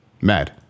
mad